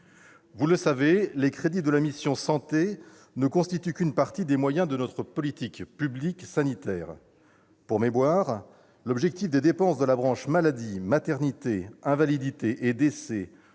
Vous le savez, les crédits de la mission « Santé » ne constituent qu'une partie des moyens de notre politique publique sanitaire. Pour mémoire, l'objectif de dépenses de la branche maladie, maternité, invalidité et décès